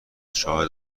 شاهد